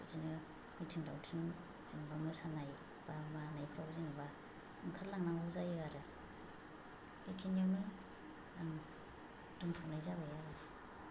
बिदिनो मिटिं दावथिं जेनेबा मोसानाय बा मानायफोराव जेनेबा ओंखारलांनांगौ जायो आरो बेखिनियावनो आं दोनथ'नाय जाबाय आरो